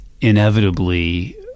Inevitably